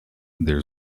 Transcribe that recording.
there